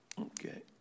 Okay